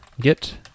git